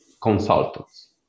consultants